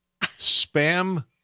spam